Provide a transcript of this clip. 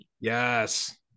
Yes